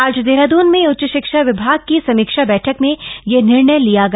आज देहरादून में उच्च शिक्षा विभाग की समीक्षा बछक में यह निर्णय लिया गया